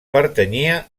pertanyia